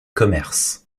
commerce